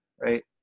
Right